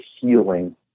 healing